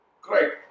Great